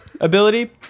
ability